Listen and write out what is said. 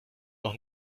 noch